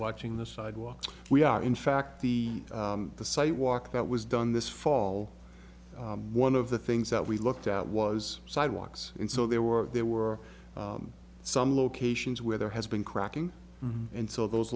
watching the sidewalks we are in fact the the sidewalk that was done this fall one of the things that we looked at was sidewalks and so there were there were some locations where there has been cracking and so those